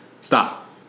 Stop